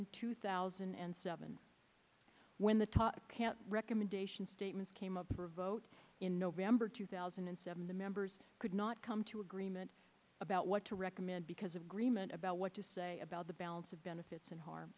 in two thousand and seven when the top recommendation statements came up for a vote in november two thousand and seven the members could not come to agreement about what to recommend because agreement about what to say about the balance of benefits and harm